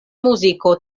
muziko